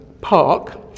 Park